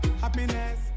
Happiness